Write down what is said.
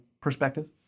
perspective